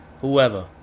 whoever